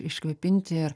iškvėpinti ir